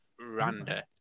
Randa